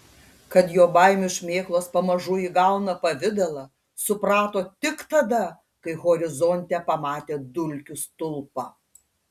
kad jo baimių šmėklos pamažu įgauna pavidalą suprato tik tada kai horizonte pamatė dulkių stulpą